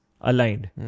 aligned